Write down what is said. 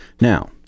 Now